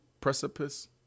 Precipice